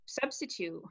substitute